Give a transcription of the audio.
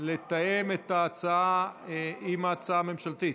לתאם את ההצעה עם ההצעה הממשלתית?